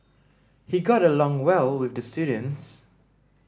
he got along well with the students